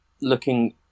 looking